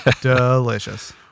delicious